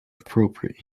appropriate